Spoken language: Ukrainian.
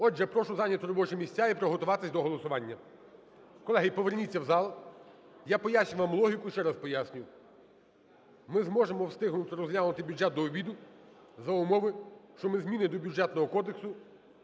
Отже, прошу зайняти робочі місця і приготуватись до голосування. Колеги, поверніться в зал, я пояснюю вам логіку. Ще раз пояснюю: ми зможемо встигнути розглянути бюджет до обіду за умови, що ми зміни до Бюджетного кодексу